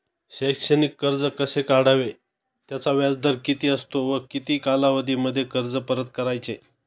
शैक्षणिक कर्ज कसे काढावे? त्याचा व्याजदर किती असतो व किती कालावधीमध्ये कर्ज परत करायचे?